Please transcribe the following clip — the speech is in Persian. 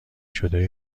شده